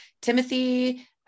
Timothy